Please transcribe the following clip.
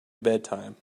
bedtime